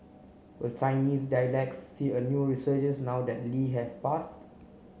will Chinese dialects see a new resurgence now that Lee has passed